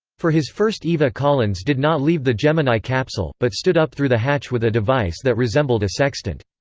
for his first eva collins did not leave the gemini capsule, but stood up through the hatch with a device that resembled a sextant.